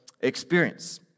experience